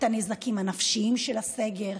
את הנזקים הנפשיים של הסגר.